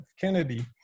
kennedy